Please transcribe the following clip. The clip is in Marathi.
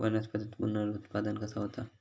वनस्पतीत पुनरुत्पादन कसा होता?